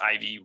IV